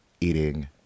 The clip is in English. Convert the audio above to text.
eating